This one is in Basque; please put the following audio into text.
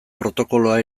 protokoloa